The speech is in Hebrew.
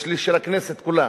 וזה שליש של הכנסת כולה.